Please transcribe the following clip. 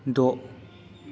द'